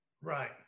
Right